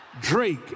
Drake